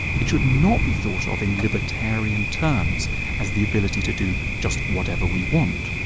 it should not be thought of in libertarian terms as the ability to do just whatever we want.